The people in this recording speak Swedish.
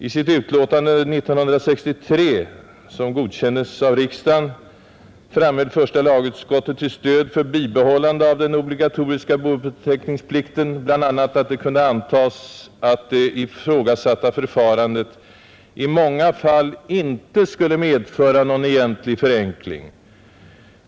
I sitt utlåtande 1963, som bifölls av riksdagen, framhöll första lagutskottet till stöd för ett bibehållande av den obligatoriska bouppteckningsplikten bl.a. att det kunde antagas att det av motionärerna ifrågasatta förfarandet i många fall ej skulle medföra någon egentlig förenkling.